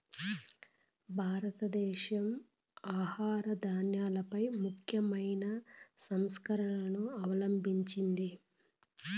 భారతదేశం ఆహార ధాన్యాలపై ముఖ్యమైన సంస్కరణలను అవలంభించింది